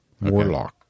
warlock